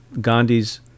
Gandhi's